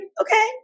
Okay